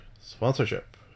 sponsorship